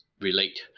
relate